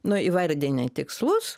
nu įvardini tikslus